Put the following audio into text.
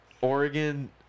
Oregon